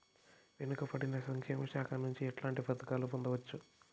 వెనుక పడిన సంక్షేమ శాఖ నుంచి ఎట్లాంటి పథకాలు పొందవచ్చు?